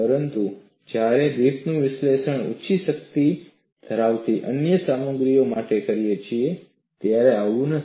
પરંતુ જ્યારે આપણે ગ્રીફિથનું વિશ્લેષણ ઉચી શક્તિ ધરાવતી તન્ય સામગ્રી માટે કરીએ છીએ ત્યારે આવું નથી